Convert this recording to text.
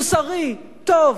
מוסרי, טוב.